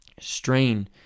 Strain